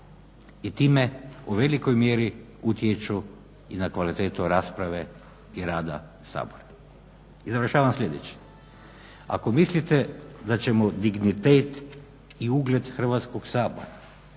I time u velikoj mjeri utječu i na kvalitetu rasprave i rada Sabora. I završavam sljedeće, ako mislite da ćemo dignitet i ugled Hrvatskog sabora